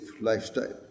lifestyle